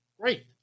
Great